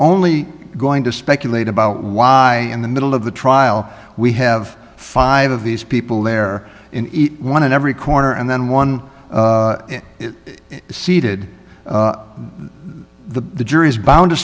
only going to speculate about why in the middle of the trial we have five of these people there in each one in every corner and then one is seated the jury is bound to